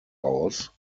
aus